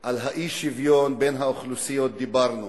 לשוויון זכויות של בעלי מוגבלויות.